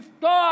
לפתוח